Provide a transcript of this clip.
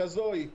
כזאת היא.